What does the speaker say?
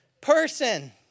person